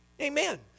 Amen